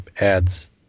ads